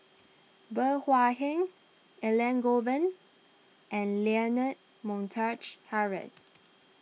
Bey Hua Heng Elangovan and Leonard Montague Harrod